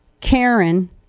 Karen